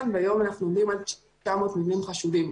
והיום אנחנו עומדים על 900 מבנים חשודים.